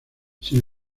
sin